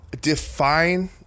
Define